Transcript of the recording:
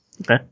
Okay